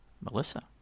Melissa